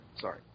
Sorry